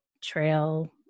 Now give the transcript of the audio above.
trail